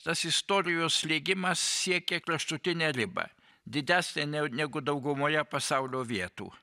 tas istorijos slėgimas siekė kraštutinę ribą didesnė ne negu daugumoje pasaulio vietų